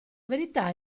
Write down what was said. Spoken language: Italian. verità